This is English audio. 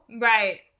Right